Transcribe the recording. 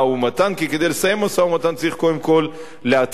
כי כדי לסיים משא-ומתן צריך קודם כול להתחיל אותו.